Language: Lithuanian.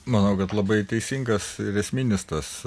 manau kad labai teisingas ir esminis tas